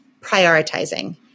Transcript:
prioritizing